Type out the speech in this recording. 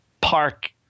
park